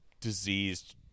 diseased